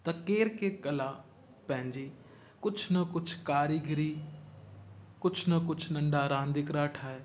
त केरु केरु कला पंहिंजी कुझु न कुझु कारीगरी कुझु न कुझु नंढा रांदीकड़ा ठाहे